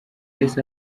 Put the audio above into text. yahise